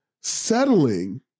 settling